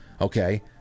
Okay